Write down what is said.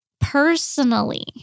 personally